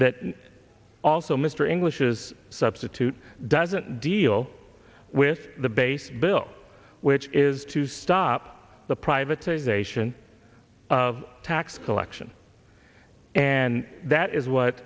that also mr english is a substitute doesn't deal with the base bill which is to stop the privatization of tax collection and that is what